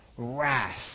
Wrath